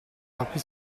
topi